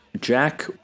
Jack